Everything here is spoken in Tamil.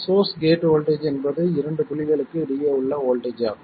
சோர்ஸ் கேட் வோல்ட்டேஜ் என்பது இந்த இரண்டு புள்ளிகளுக்கு இடையே உள்ள வோல்ட்டேஜ் ஆகும்